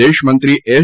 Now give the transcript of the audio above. વિદેશમંત્રી એસ